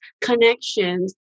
connections